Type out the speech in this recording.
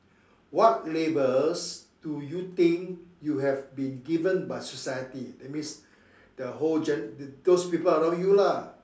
what labels do you think you have been given by society that means the whole gen~ those people around you lah